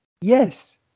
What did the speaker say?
Yes